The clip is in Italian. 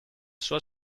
sua